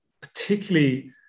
particularly